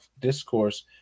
discourse